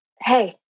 Hey